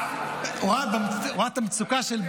הוא ראה את המצוקה שלי.